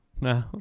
No